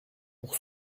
pour